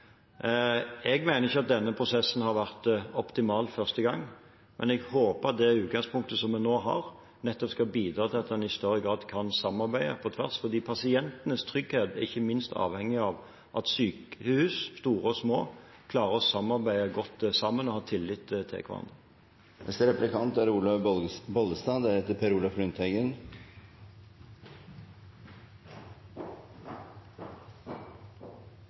Jeg mener ikke at denne prosessen har vært optimal første gang, men jeg håper at det utgangspunktet vi har nå, nettopp skal bidra til at en i større grad kan samarbeide på tvers, for pasientenes trygghet er ikke minst avhengig av at store og små sykehus klarer å samarbeide godt og har tillit til hverandre.